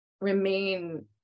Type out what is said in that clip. remain